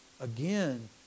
again